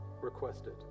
requested